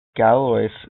galois